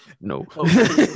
No